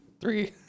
Three